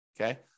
Okay